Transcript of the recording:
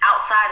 outside